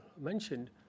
mentioned